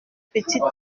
petite